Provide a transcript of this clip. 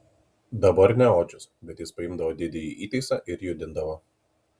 dabar ne odžius bet jis paimdavo didįjį įtaisą ir judindavo